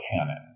canon